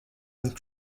and